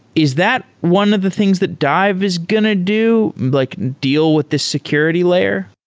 is that one of the things that dive is going to do, like deal with this security layer?